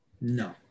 No